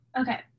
okay